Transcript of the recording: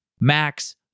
Max